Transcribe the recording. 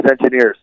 engineers